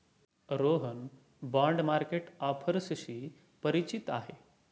Rohan bond market ऑफर्सशी परिचित आहे